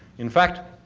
in fact,